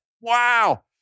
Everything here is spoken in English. wow